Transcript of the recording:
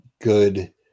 good